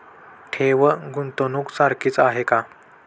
ठेव, गुंतवणूक सारखीच आहे का?